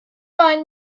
mind